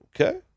okay